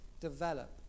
develop